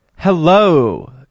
Hello